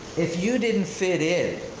if you didn't fit in,